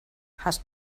hast